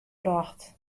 brocht